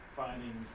finding